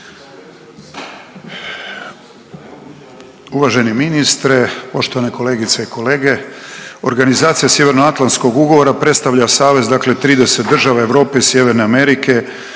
Uvaženi ministre, poštovane kolegice i kolege. Organizacija Sjevernoatlantskog ugovora predstavlja savez dakle 30 država Europe i Sjeverne Amerike,